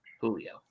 Julio